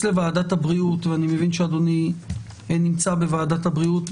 אני מבין שאדוני נמצא בוועדת הבריאות,